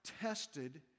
tested